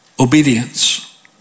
obedience